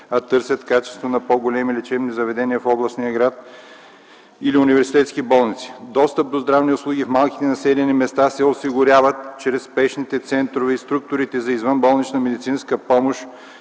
а търсят качеството на по-големите лечебни заведения в областния град или в университетските болници. Достъпът до здравни услуги в малките населени места се осигурява чрез спешните центрове и структурите за извънболнична медицинска помощ